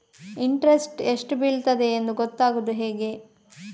Interest ಎಷ್ಟು ಬೀಳ್ತದೆಯೆಂದು ಗೊತ್ತಾಗೂದು ಹೇಗೆ?